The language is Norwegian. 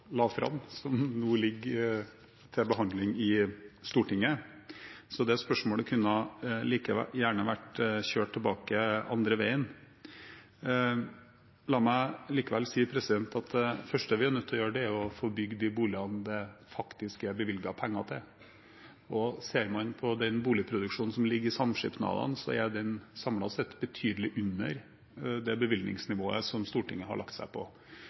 som nå ligger til behandling i Stortinget, så det spørsmålet kunne like gjerne vært stilt tilbake. La meg likevel si at det første vi er nødt til å gjøre, er å få bygd de boligene det faktisk er bevilget penger til. Ser man på boligproduksjonen som ligger i samskipnadene, er den samlet sett betydelig under det bevilgningsnivået som Stortinget har lagt seg på.